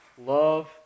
Love